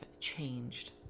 changed